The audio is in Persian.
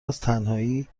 ازتنهایی